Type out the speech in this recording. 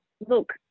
Look